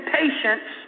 patience